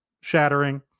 shattering